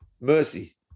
mercy